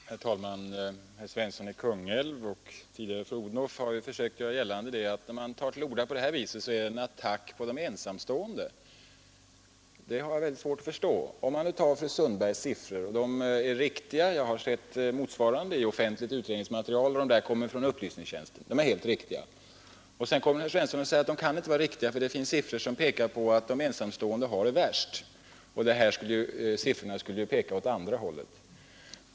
Herr talman! Herr Svensson i Kungälv, och tidigare fru Odhnoff, har försökt göra gällande att jag, när jag tog upp denna fråga, gjort mig skyldig till en attack mot de ensamstående. Det har jag mycket svårt att förstå. Fru Sundbergs siffror, som hon fått från upplysningstjänsten, är helt riktiga; jag har sett motsvarande siffror i offentligt utredningsmaterial. Herr Svensson säger att de inte kan vara riktiga; han säger att det finns andra siffror som pekar på att ensamstående har det värst — och de här siffrorna skulle enligt hans mening peka åt andra hållet.